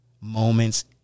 moments